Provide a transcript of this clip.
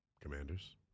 Commanders